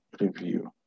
review